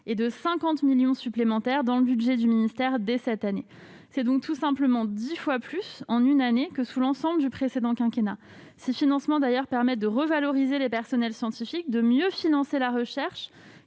et de 500 millions d'euros supplémentaires dans le budget du ministère dès cette année. C'est tout simplement dix fois plus, en une année, que sous l'ensemble du précédent quinquennat ! Ces financements nous permettront de revaloriser l'ensemble des personnels scientifiques et de mieux financer la recherche,